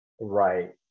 Right